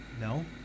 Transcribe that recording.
No